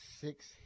six